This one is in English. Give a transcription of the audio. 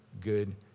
good